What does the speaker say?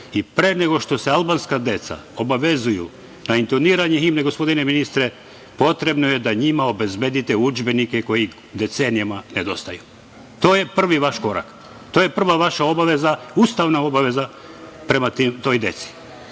I pre nego što se albanska deca obavezuju na intoniranje himne, gospodine ministre, potrebno je da njima obezbedite udžbenike koji decenijama nedostaju. To je prvi vaš korak, to je prva vaša obaveza, ustavna obaveza, prema toj deci. Ovde